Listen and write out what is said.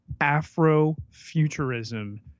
Afro-futurism